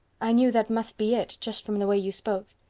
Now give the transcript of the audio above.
i knew that must be it, just from the way you spoke.